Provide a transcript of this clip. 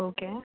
okay